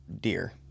deer